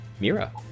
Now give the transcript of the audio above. Mira